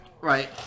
right